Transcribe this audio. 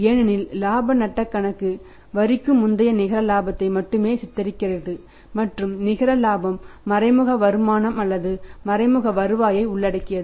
ஏனெனில் இலாப நட்டக் கணக்கு வரிக்கு முந்தைய நிகர இலாபத்தை மட்டுமே சித்தரிக்கிறது மற்றும் நிகர இலாபம் மறைமுக வருமானம் அல்லது மறைமுக வருவாயை உள்ளடக்கியது